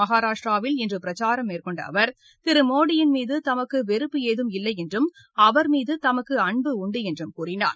மகாராஷ்டிராவில் இன்று பிரச்சாரம் மேற்கொண்ட அவர் திரு மோடியின் மீது தமக்கு வெறுப்பு ஏதும் இல்லை என்றும் அவர்மீது தமக்கு அன்பு உண்டு என்றும் கூறினார்